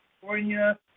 California